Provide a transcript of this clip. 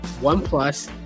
OnePlus